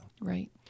Right